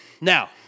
Now